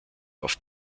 auf